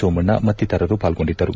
ಸೋಮಣ್ಣ ಮತ್ತಿತರರು ಪಾಲ್ಗೊಂಡಿದ್ದರು